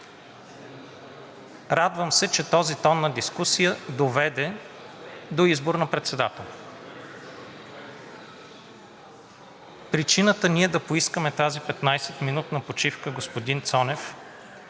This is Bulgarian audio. Радвам се, че този тон на дискусия доведе до избор на председател. Причината ние да поискаме тази 15-минутна почивка, господин Цонев,